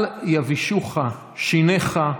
אל יבישוך שיניך,